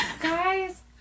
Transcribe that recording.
Guys